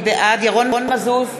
בעד ירון מזוז,